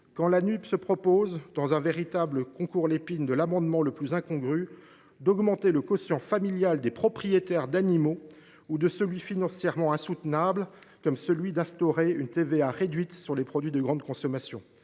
Nupes a ainsi proposé, dans un véritable concours Lépine de l’amendement le plus incongru, d’augmenter le quotient familial des propriétaires d’animaux, et de l’amendement financièrement insoutenable, d’instaurer une TVA réduite sur les produits de grande consommation.